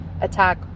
attack